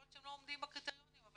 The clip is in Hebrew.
יכול להיות שהם לא עומדים בקריטריונים אבל